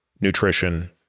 nutrition